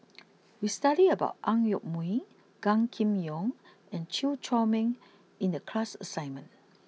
we studied about Ang Yoke Mooi Gan Kim Yong and Chew Chor Meng in the class assignment